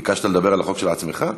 ביקשת לדבר על החוק של עצמך?